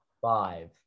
five